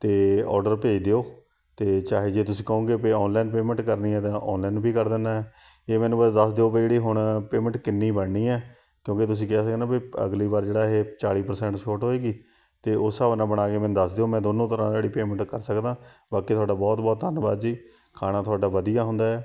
ਅਤੇ ਔਡਰ ਭੇਜ ਦਿਉ ਅਤੇ ਚਾਹੇ ਜੇ ਤੁਸੀਂ ਕਹੋਗੇ ਵੀ ਔਨਲਾਈਨ ਪੇਮੈਂਟ ਕਰਨੀ ਆ ਤਾਂ ਔਨਲਾਈਨ ਵੀ ਕਰ ਦਿੰਦਾ ਇਹ ਮੈਨੂੰ ਬਸ ਦੱਸ ਦਿਉ ਵੀ ਜਿਹੜੀ ਹੁਣ ਪੇਮੈਂਟ ਕਿੰਨੀ ਬਣਨੀ ਹੈ ਕਿਉਂਕਿ ਤੁਸੀਂ ਕਿਹਾ ਸੀ ਨਾ ਵੀ ਅਗਲੀ ਵਾਰ ਜਿਹੜਾ ਇਹ ਚਾਲੀ ਪ੍ਰਸੈਂਟ ਛੋਟ ਹੋਏਗੀ ਅਤੇ ਉਸ ਹਿਸਾਬ ਨਾਲ ਬਣਾ ਕੇ ਮੈਨੂੰ ਦੱਸ ਦਿਉ ਮੈਂ ਦੋਨੋਂ ਤਰ੍ਹਾਂ ਜਿਹੜੀ ਪੇਮੈਂਟ ਕਰ ਸਕਦਾ ਬਾਕੀ ਤੁਹਾਡਾ ਬਹੁਤ ਬਹੁਤ ਧੰਨਵਾਦ ਜੀ ਖਾਣਾ ਤੁਹਾਡਾ ਵਧੀਆ ਹੁੰਦਾ